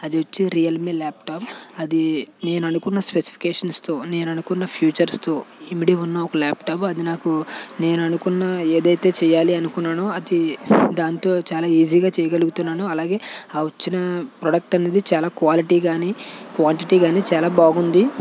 అది వచ్చి Realme laptop నేను అనుకున్న స్పెసిఫికేషన్స్తో నేను అనుకున్న ఫీచర్స్తో ఇమిడి ఉన్న ఒక ల్యాప్టాప్ అది నాకు నేను అనుకున్న ఏదైతే చేయాలి అనుకున్నానో అది దాంతో చాలా ఈజీగా చేయగలుగుతున్నాను అలాగే ఆ వచ్చిన ప్రోడక్ట్ అనేది చాలా క్వాలిటీ కానీ క్వాంటిటీ కానీ చాలా బాగుంది